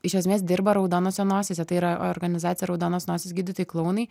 iš esmės dirba raudonose nosyse tai yra organizacija raudonos nosys gydytojai klounai